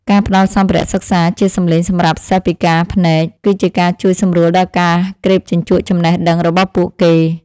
ការផ្តល់សម្ភារៈសិក្សាជាសម្លេងសម្រាប់សិស្សពិការភ្នែក គឺជាការជួយសម្រួលដល់ការក្រេបជញ្ជក់ចំណេះដឹងរបស់ពួកគេ។